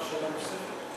אפשר שאלה נוספת?